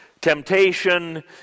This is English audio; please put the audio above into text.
Temptation